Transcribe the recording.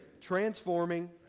transforming